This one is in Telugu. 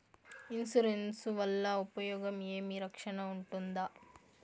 ఇన్సూరెన్సు వల్ల ఉపయోగం ఏమి? రక్షణ ఉంటుందా?